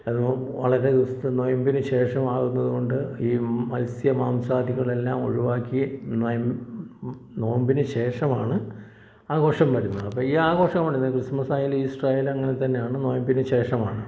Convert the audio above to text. അത് വളരെ ദിവസത്തെ നൊയമ്പിന് ശേഷമാകുന്നത് കൊണ്ട് ഈ മത്സ്യം മാംസാദികളെല്ലാം ഒഴിവാക്കി നോയമ്പ് നോമ്പിന് ശേഷമാണ് ആഘോഷം വരുന്നത് അപ്പം ഈ ആഘോഷം നമ്മള് ക്രിസ്മസ് ആയാലും ഈസ്റ്ററായാലും അങ്ങനെ തന്നെയാണ് നൊയമ്പിന് ശേഷമാണ്